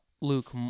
Luke